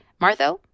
Martha